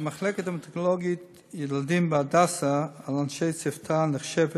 המחלקה ההמטו-אונקולוגית ילדים ב"הדסה" על אנשי צוותה נחשבת